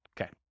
Okay